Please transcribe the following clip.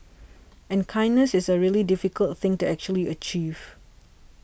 and kindness is a really difficult thing to actually achieve